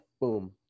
boom